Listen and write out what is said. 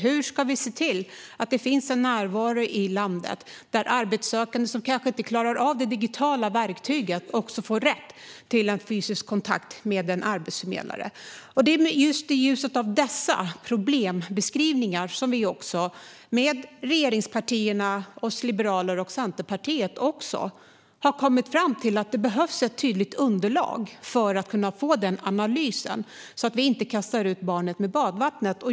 Hur ska vi se till att det finns en närvaro i landet där arbetssökande som kanske inte klarar av det digitala verktyget också får rätt till en fysisk kontakt med en arbetsförmedlare? Det är i ljuset av dessa problembeskrivningar som vi - regeringspartierna, Liberalerna och Centerpartiet - har kommit fram till att det behövs ett tydligt underlag för att vi ska kunna få en sådan analys. Annars riskerar vi att kasta ut barnet med badvattnet.